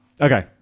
Okay